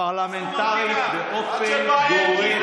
הפרלמנטרית באופן גורף